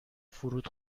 فرود